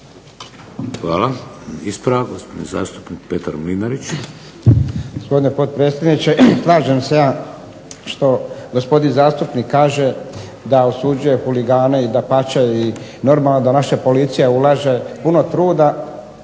Hvala. Ispravak gospodin zastupnik Petar Mlinarić.